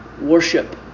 Worship